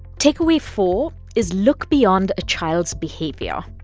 takeaway four is look beyond a child's behavior.